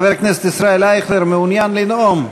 חבר הכנסת ישראל אייכלר, מעוניין לנאום?